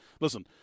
Listen